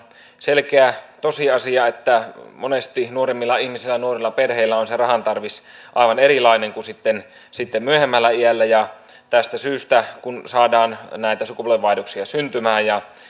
selkeä tosiasia että monesti nuoremmilla ihmisillä nuorilla perheillä on se rahan tarvis aivan erilainen kuin sitten sitten myöhemmällä iällä tästä syystä kun saadaan näitä sukupolvenvaihdoksia syntymään ja